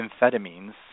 amphetamines